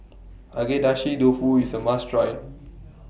Agedashi Dofu IS A must Try